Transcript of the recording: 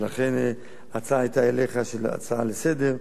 ולכן ההצעה אליך היתה, הצעה לסדר-היום.